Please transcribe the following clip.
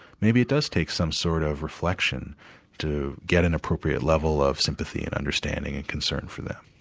maybe it does take some sort of reflection to get an appropriate level of sympathy, and understanding and concern for them.